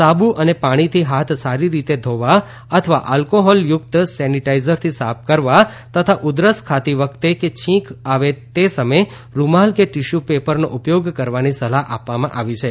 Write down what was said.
સાબુ અને પાણીથી હાથ સારી રીતે ધોવા અથવા અલ્કોહોલયુક્ત સેનિટાઈઝરથી સાફ કરવા તથા ઉધરસ ખાતી વખતે કે છીંક આવે તે સમયે રૂમાલ કે ટિશ્યૂ પેપરનો ઉપયોગ કરવાની સલાહ આપવામાં આવી છે